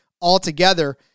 altogether